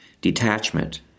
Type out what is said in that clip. detachment